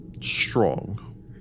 strong